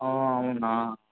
అవునా